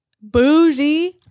Bougie